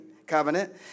covenant